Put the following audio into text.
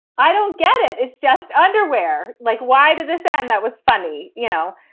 i don't get it. it's just underwear. like, why did this? and that was funny. you know,